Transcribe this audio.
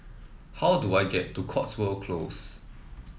how do I get to Cotswold Close